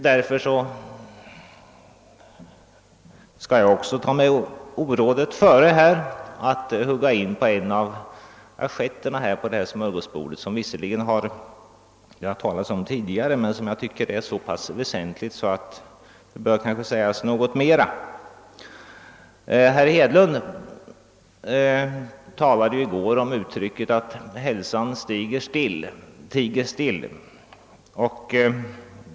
Därför skall jag också ta mig orådet före att hugga in på en av assietterna på detta smörgåsbord som det visserligen har talats om tidigare men som jag tycker är så pass väsentlig att det bör sägas något mera om. Herr Hedlund talade i går om uttrycket att hälsan tiger still.